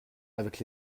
avec